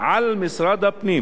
"על משרד הפנים